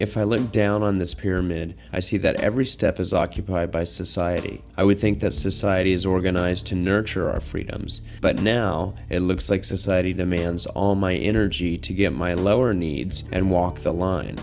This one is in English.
if i lived down on this pyramid i see that every step is occupied by society i would think that society is organized to nurture our freedoms but now it looks like society demands all my energy to get my lower needs and walk the line